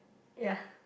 ya